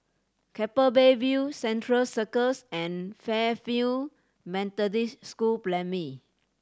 Keppel Bay View Central Circus and Fairfield Methodist School Primary